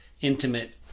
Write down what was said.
intimate